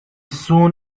soon